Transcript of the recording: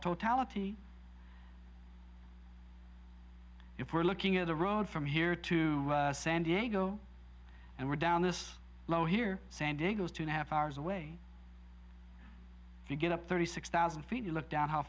totality if we're looking at the road from here to san diego and we're down this low here san diego's two and a half hours away you get up thirty six thousand feet and look down how